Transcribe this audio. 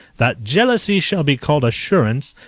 that jealousy shall be called assurance,